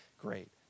great